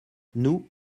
nous